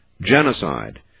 genocide